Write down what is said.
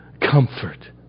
comfort